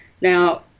Now